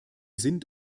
sind